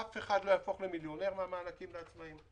אף אחד לא הופך למיליונר מהמענקים לעצמאים,